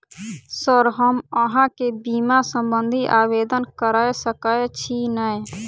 Sir हम अहाँ केँ बीमा संबधी आवेदन कैर सकै छी नै?